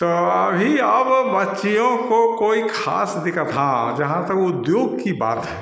तो अभी अब बच्चियों को कोई ख़ास दिक्कत हाँ जहाँ तक उद्योग कि बात है